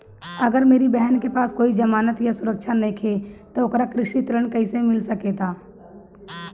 अगर मेरी बहन के पास कोई जमानत या सुरक्षा नईखे त ओकरा कृषि ऋण कईसे मिल सकता?